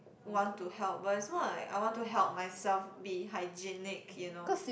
want to help but is more of like I want to help myself be hygienic you know